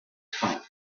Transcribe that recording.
time